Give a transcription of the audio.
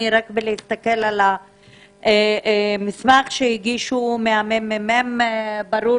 רק מלהסתכל על המסמך שהגישו הממ"מ ברור